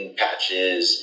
patches